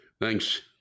Thanks